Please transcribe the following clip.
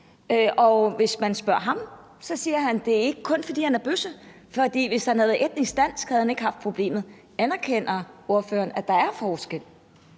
Og hvis man spørger ham, siger han, at det ikke kun er, fordi han er bøsse, for hvis han havde været etnisk dansk, havde han ikke haft problemet. Anerkender partilederen, at der er forskel?